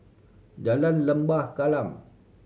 Jalan Lembah Kallang